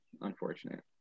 Unfortunate